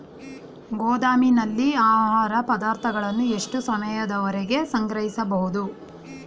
ಗೋದಾಮಿನಲ್ಲಿ ಆಹಾರ ಪದಾರ್ಥಗಳನ್ನು ಎಷ್ಟು ಸಮಯದವರೆಗೆ ಸಂಗ್ರಹಿಸಬಹುದು?